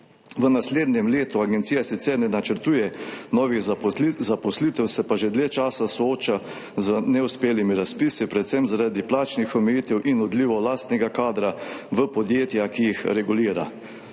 V naslednjem letu agencija sicer ne načrtuje novih zaposlitev, se pa že dlje časa sooča z neuspelimi razpisi, predvsem zaradi plačnih omejitev in odlivov lastnega kadra v podjetja, ki jih regulira.